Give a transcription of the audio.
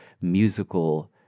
musical